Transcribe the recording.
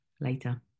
later